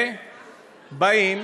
ובאים